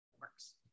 works